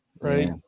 right